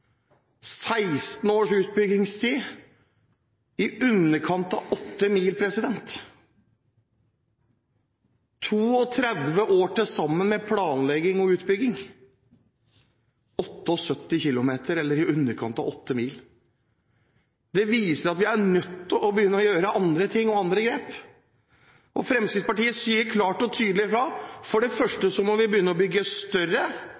16 års utbyggingstid – i underkant av 8 mil. Det har vært til sammen 32 år med planlegging og utbygging, og resultatet er 78 km eller i underkant av 8 mil. Det viser at vi er nødt til å begynne å gjøre andre ting og ta andre grep. Fremskrittspartiet sier klart og tydelig fra: For det